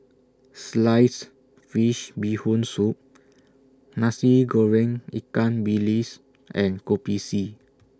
Sliced Fish Bee Hoon Soup Nasi Goreng Ikan Bilis and Kopi C